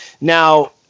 Now